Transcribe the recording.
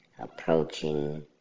Approaching